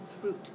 fruit